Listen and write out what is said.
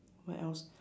what else